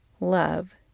love